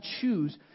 choose